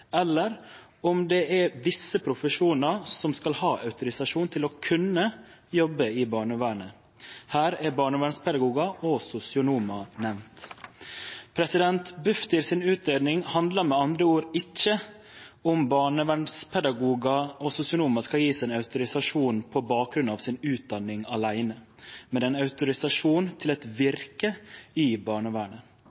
eller om det er visse profesjonar som skal ha autorisasjon til å kunne jobbe i barnevernet. Her er barnevernspedagogar og sosionomar nemnde. Bufdirs utgreiing handlar med andre ord ikkje om barnevernspedagogar og sosionomar skal bli gjevne ein autorisasjon på bakgrunn av utdanninga si åleine, med ein autorisasjon til eit